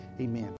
amen